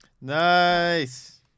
Nice